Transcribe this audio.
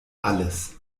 alles